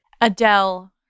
Adele